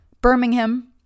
Birmingham